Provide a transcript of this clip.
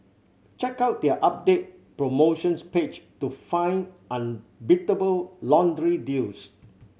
check out their updated promotions page to find unbeatable laundry deals